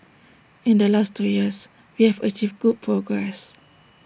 in the last two years we have achieved good progress